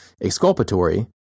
exculpatory